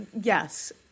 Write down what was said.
Yes